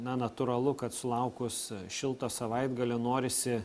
na natūralu kad sulaukus šilto savaitgalio norisi